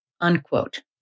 unquote